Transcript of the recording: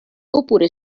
oppure